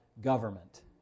government